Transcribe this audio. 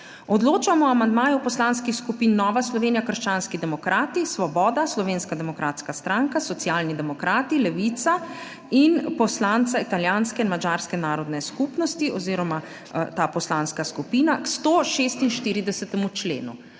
Odločamo o amandmaju Poslanskih skupin Nova Slovenija - krščanski demokrati, Svoboda, Slovenska demokratska stranka, Socialni demokrati, Levica in poslanca Italijanske in madžarske narodne skupnosti. 111. TRAK (VI) 18.50 (nadaljevanje) oziroma ta poslanska skupina k 146. členu.